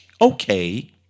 okay